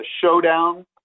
showdown